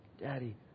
Daddy